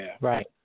right